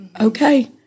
Okay